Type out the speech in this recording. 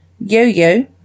Yo-Yo